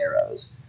arrows